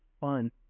fun